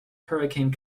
hurricane